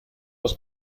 aus